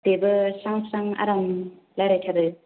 बेबो स्रां स्रां आराम रायज्लायथारो